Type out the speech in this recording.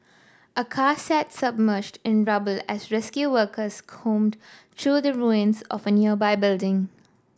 a car sat submerged in rubble as rescue workers combed through the ruins of a nearby building